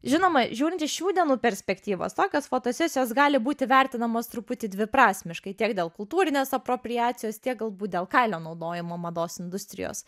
žinoma žiūrint iš šių dienų perspektyvos tokios fotosesijos gali būti vertinamos truputį dviprasmiškai tiek dėl kultūrinės apropriacijos tiek galbūt dėl kailio naudojimo mados industrijos